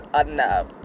enough